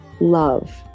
love